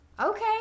Okay